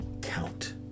count